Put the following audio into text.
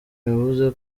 yavuze